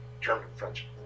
German-French